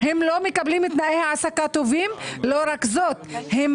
הם לא מקבלים את תנאי ההעסקה הטובים וגם הוותק